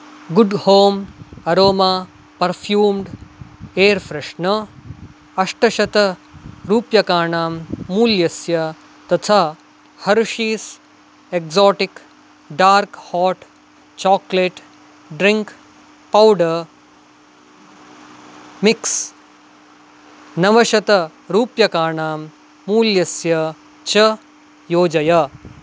good Home aroma perfumed air freshener अष्टशतरूप्यकाणां मूल्यस्य तथा Hershey's exotic dark hot chocolate drink powder mix नवशतरूप्यकाणां मूल्यस्य च योजय